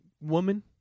woman